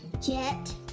Jet